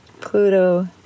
pluto